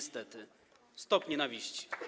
Stop nienawiści.